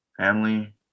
family